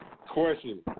Question